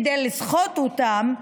כדי לסחוט אותם,